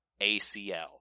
ACL